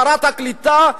שרת הקליטה,